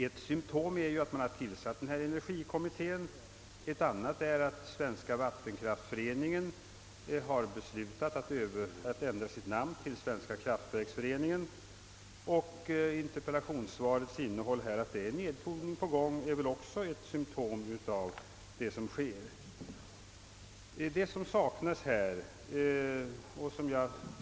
Ett symtom är att den nämnda energikommittén tillsatts, ett annat att Svenska vatten kraftföreningen har beslutat att ändra sitt namn till Svenska kraftverksföreningen. Statsrådets antydan i interpellationssvaret, att en nedtoning håller på att ske, är också ett symtom.